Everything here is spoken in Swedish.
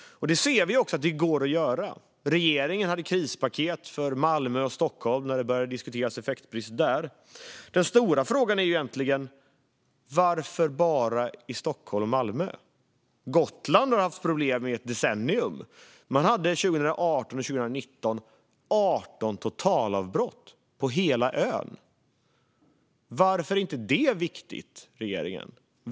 Vi ser att det går. Regeringen hade krispaket för Malmö och Stockholm när man började diskutera effektbrist där. Den stora frågan är egentligen: Varför bara i Stockholm och Malmö? Gotland har haft problem i ett decennium. Under 2018 och 2019 hade man 18 totalavbrott på hela ön. Varför är inte detta viktigt, regeringen?